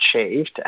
achieved